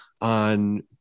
on